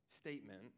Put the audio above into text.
statement